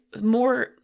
more